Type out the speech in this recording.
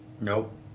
Nope